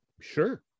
Sure